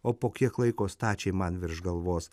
o po kiek laiko stačiai man virš galvos